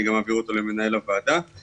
אנחנו